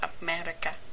America